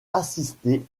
assisté